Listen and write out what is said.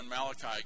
Malachi